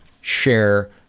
share